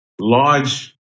large